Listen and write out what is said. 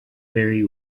very